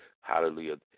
hallelujah